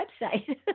website